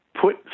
put